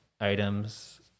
items